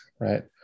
Right